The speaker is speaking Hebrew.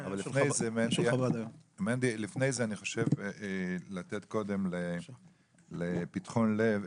אני חושב לתת קודם לפתחון לב,